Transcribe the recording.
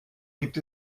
gibt